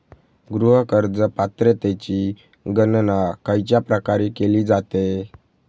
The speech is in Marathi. गृह कर्ज पात्रतेची गणना खयच्या प्रकारे केली जाते?